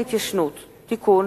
הצעת חוק ההתיישנות (תיקון,